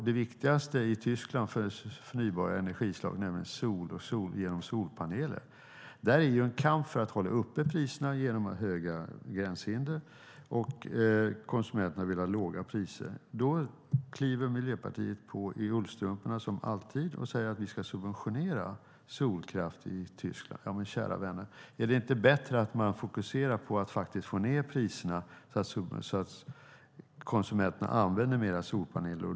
Det viktigaste i Tyskland för förnybar energi är sol genom solpaneler. Nu råder en kamp för att hålla uppe priserna genom höga gränshinder medan konsumenterna vill ha låga priser. Då kliver Miljöpartiet som alltid på i ullstrumporna och säger att vi ska subventionera solkraft i Tyskland. Men kära vänner, är det inte bättre att fokusera på att få ned priserna så att konsumenterna använder mer solpaneler?